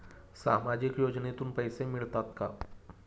सामाजिक योजनेतून पैसे मिळतात का?